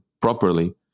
properly